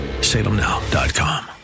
salemnow.com